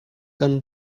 kan